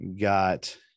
got